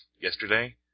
yesterday